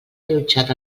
allotjat